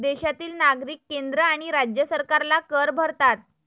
देशातील नागरिक केंद्र आणि राज्य सरकारला कर भरतात